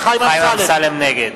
אמסלם, נגד